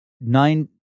nine